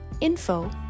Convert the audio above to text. info